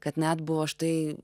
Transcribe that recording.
kad net buvo aš tai